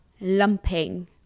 lumping